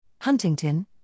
Huntington